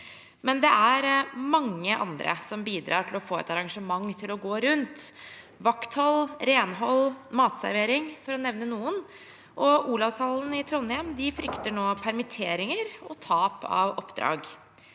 Men det er mange andre som bidrar til å få et arrangement til å gå rundt. Vakthold, renhold og matservering for å nevne noen. Olavshallen i Trondheim frykter permitteringer og tap av oppdrag.